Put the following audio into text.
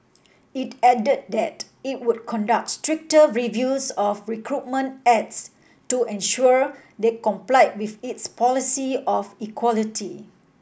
it added that it would conduct stricter reviews of recruitment ads to ensure they complied with its policy of equality